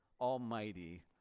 Almighty